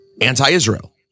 anti-Israel